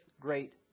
great